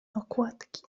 okładki